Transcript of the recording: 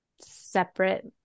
separate